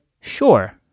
sure